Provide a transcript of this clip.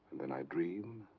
then i dream.